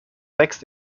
wächst